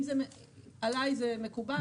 עלי זה מקובל.